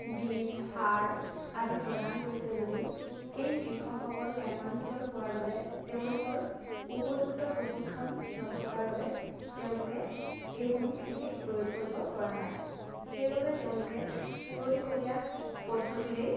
বীজ সাৰ আদি প্ৰদান কৰিছে যদিও এই কৃষকসকল গ্ৰাম্য অঞ্চলৰ হোৱাৰ বাবে তেওঁলোকৰ উপযুক্ত প্ৰশিক্ষণ নথকাৰ বাবে তেওঁলোকে এই সমূহ খেতিত প্ৰয়োগ কৰিব পৰা নাই সেইবাবে তেওঁলোকে পুৰণিকলীয়া পদ্ধতিৰেই